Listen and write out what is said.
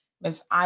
Miss